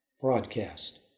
broadcast